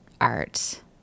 art